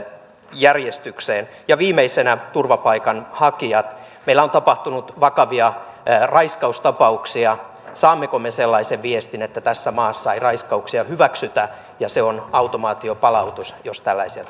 järjestykseen viimeisenä turvapaikanhakijat meillä on tapahtunut vakavia raiskaustapauksia saammeko me sellaisen viestin että tässä maassa ei raiskauksia hyväksytä ja se on automaatiopalautus jos tällaisia